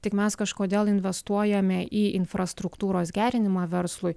tik mes kažkodėl investuojame į infrastruktūros gerinimą verslui